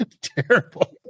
Terrible